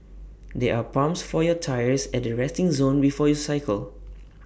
there are pumps for your tyres at the resting zone before you cycle